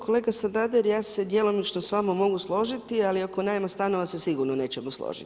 Kolega Sanader, ja se djelomično s vama mogu složiti, ali oko najma stanova se sigurno nećemo složiti.